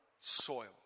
soil